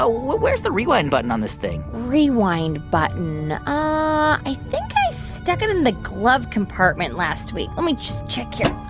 ah where's the rewind button on this thing? rewind button i think i stuck it in the glove compartment last week. let me just check yeah